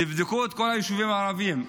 תבדקו את כל היישובים הערבים.